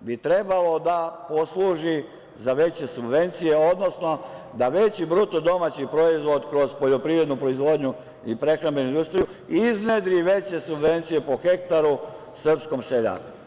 bi trebalo da posluži za veće subvencije, odnosno da veći BDP kroz poljoprivrednu proizvodnju i prehrambenu industriju iznedri veće subvencije po hektaru srpskom seljaku.